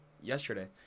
yesterday